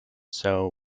show